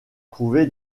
trouver